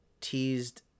teased